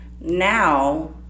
Now